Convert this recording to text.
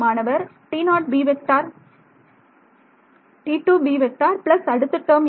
மாணவர் T0b T2b plus அடுத்த term என்ன